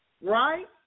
right